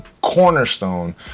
cornerstone